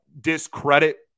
discredit